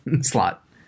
slot